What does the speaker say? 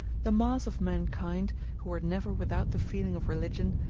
the mass of mankind, who are never without the feeling of religion,